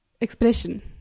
expression